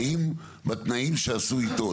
האם בתנאים שעשו איתו,